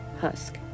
husk